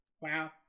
Wow